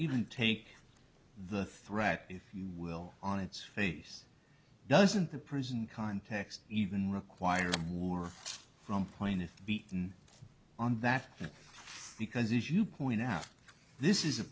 even take the threat if you will on its face doesn't the prison context even require more from pointed on that because as you point out this is